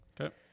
Okay